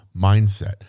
mindset